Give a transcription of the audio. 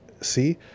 see